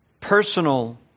personal